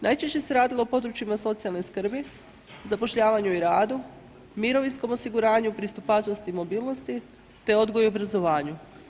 Najčešće se radilo u područjima socijalne skrbi, zapošljavanju i radu, mirovinskom osiguranju, pristupačnosti i mobilnosti te odgoju i obrazovanju.